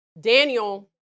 Daniel